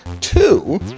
Two